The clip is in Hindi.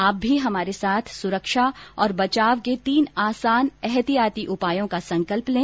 आप भी हमारे साथ सुरक्षा और बचाव के तीन आसान एहतियाती उपायों का संकल्प लें